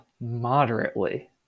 moderately